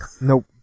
Nope